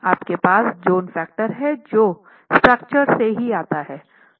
आपके पास zone factor है जो स्ट्रक्चर से ही आता है